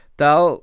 tal